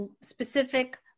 specific